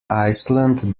iceland